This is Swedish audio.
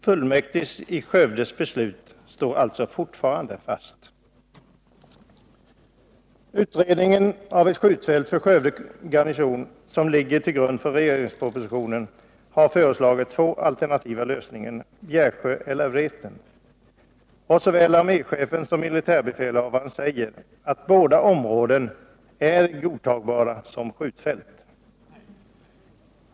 Fullmäktiges i Skövde beslut står alltså fortfarande fast. Den utredning av frågan om ett skjutfält för Skövde garnison som ligger till grund för regeringspropositionen har föreslagit två alternativa lösningar: Bjärsjö eller Vreten. Såväl arméchefen som militärbefälhavaren säger att båda områdena är godtagbara som skjutfält.